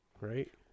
right